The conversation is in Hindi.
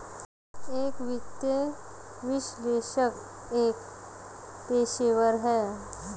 एक वित्तीय विश्लेषक एक पेशेवर है